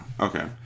okay